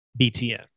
BTN